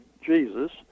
jesus